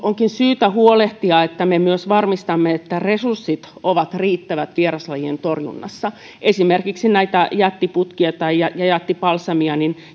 onkin syytä huolehtia että me myös varmistamme että resurssit ovat riittävät vieraslajien torjunnassa esimerkiksi jättiputkea ja ja jättipalsamia